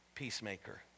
peacemaker